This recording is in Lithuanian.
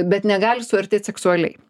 bet negali suartėt seksualiai